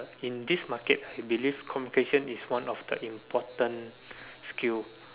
in this market I believe communication is one of the important skill